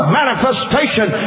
manifestation